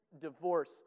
divorce